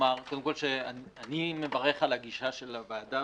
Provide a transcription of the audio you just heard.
לומר שאני מברך על הגישה של הוועדה,